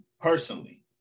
personally